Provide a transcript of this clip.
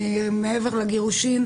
מעבר לגירושין,